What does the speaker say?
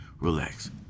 Relax